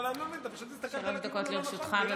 חמש דקות לרשותך.